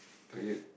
tired